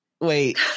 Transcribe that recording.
Wait